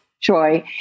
Joy